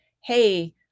Hey